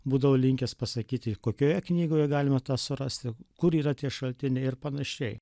būdavo linkęs pasakyti kokioje knygoje galima tą surasti kur yra tie šaltiniai ir panašiai